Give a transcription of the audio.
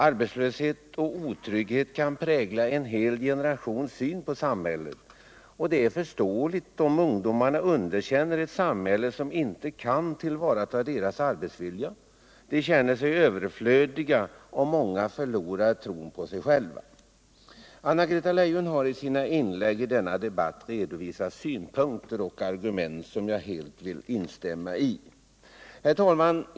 Arbetslöshet och otrygghet kan prägla en hel generations syn på samhället. Det är förståeligt om ungdomarna underkänner ett samhälle som inte kan tillvarata deras arbetsvilja. De känner sig överflödiga och många förlorar tron på sig själva. Anna-Greta Leijon har i sina inlägg i denna debatt redovisat synpunkter och argument som jag helt vill instämma 1. Herr talman!